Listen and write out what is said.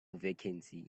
vacancy